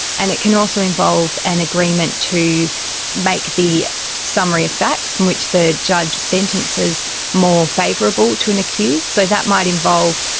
and it can also involve an agreement to make the summary of facts from which the judge sentences more favourable to an accused. so that might involve,